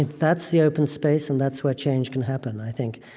that's the open space, and that's what change can happen, i think.